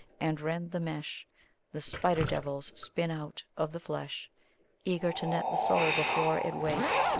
and rend the mesh the spider-devils spin out of the flesh eager to net the soul before it wake,